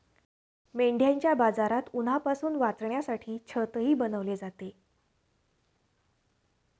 मेंढ्यांच्या बाजारात उन्हापासून वाचण्यासाठी छतही बनवले जाते